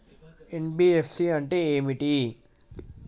NBFC అంటే ఏమిటి?